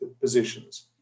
positions